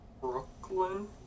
Brooklyn